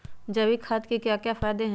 जैविक खाद के क्या क्या फायदे हैं?